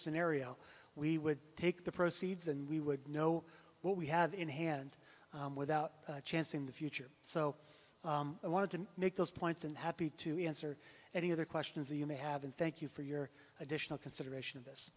scenario we would take the proceeds and we would know what we have in hand without a chance in the future so i wanted to make those points i'm happy to answer any other questions you may have in thank you for your additional consideration